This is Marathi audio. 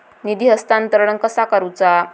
निधी हस्तांतरण कसा करुचा?